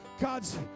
God's